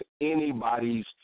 anybody's